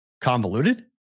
convoluted